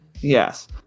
Yes